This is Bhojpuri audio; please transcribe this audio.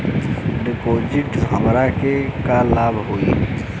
डिपाजिटसे हमरा के का लाभ होई?